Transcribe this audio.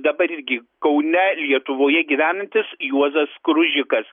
dabar irgi kaune lietuvoje gyvenantis juozas kružikas